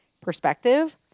perspective